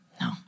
no